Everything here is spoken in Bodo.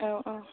औ औ